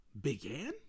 began